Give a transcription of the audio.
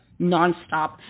nonstop